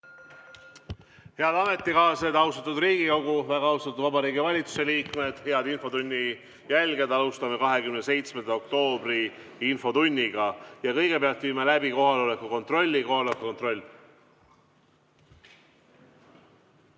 Head ametikaaslased! Austatud Riigikogu! Väga austatud Vabariigi Valitsuse liikmed! Head infotunni jälgijad! Alustame 27. oktoobri infotundi. Kõigepealt viime läbi kohaloleku kontrolli. Kohaloleku kontroll.